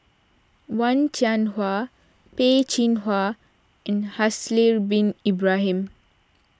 Wen Jinhua Peh Chin Hua and Haslir Bin Ibrahim